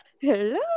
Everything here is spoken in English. Hello